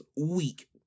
week